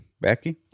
Becky